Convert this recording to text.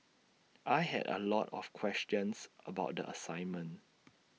I had A lot of questions about the assignment